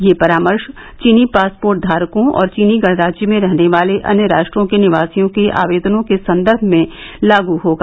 यह परामर्श चीनी पासपोर्ट धारकों और चीनी गणराज्य में रहने वाले अन्य राष्ट्रों के निवासियों के आवेदनों के संदर्भ में लाग होगा